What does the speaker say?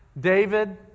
David